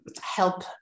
Help